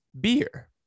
beer